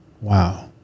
Wow